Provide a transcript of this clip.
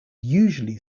usually